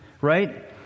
right